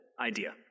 idea